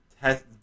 test